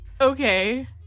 Okay